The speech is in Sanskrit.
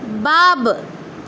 बाब्